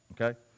okay